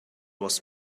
was